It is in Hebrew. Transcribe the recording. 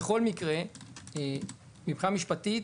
בכל מקרה מבחינה משפטית